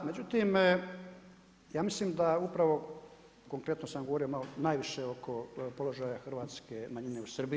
Međutim, ja mislim da upravo konkretno sam govorio najviše oko položaja hrvatske manjine u Srbiji.